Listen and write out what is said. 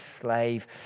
slave